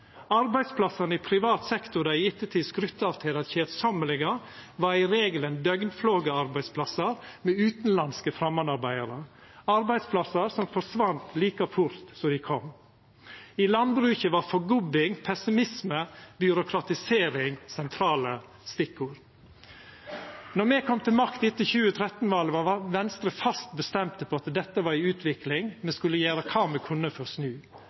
Arbeidsplassane i privat sektor dei i ettertid skrytte av i det uendelege, var i regelen døgnflogearbeidsplassar med utanlandske framandarbeidarar, arbeidsplassar som forsvann like fort som dei kom. I landbruket var forgubbing, pessimisme og byråkratisering sentrale stikkord. Då me kom til makta etter 2013-valet, var Venstre fast bestemt på at dette var ei utvikling me skulle gjera kva me kunne for å snu